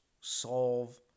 solve